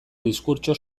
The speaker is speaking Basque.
diskurtso